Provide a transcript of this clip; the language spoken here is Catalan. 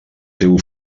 teu